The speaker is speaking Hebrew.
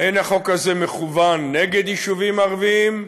אין החוק הזה מכוון נגד יישובים ערביים.